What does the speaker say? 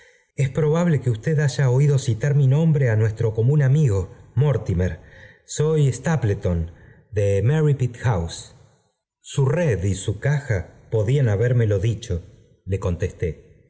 es probable que usted haya oído citar mi i nombre á nuestro común amigo mortimer soy stapleton de merripit house red y su caja podían habérmelo dicho le contesté